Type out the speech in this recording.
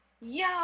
Yo